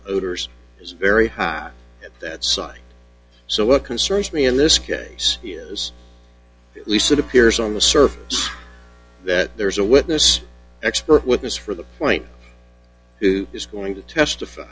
odors is very high at that site so what concerns me in this case is at least it appears on the surface that there's a witness expert witness for the point is going to testify